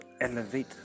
elevate